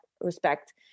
respect